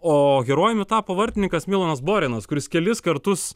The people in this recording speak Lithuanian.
o herojumi tapo vartininkas milanas borenas kuris kelis kartus